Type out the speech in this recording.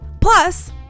Plus